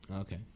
Okay